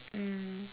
mm